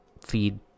feed